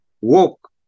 Walk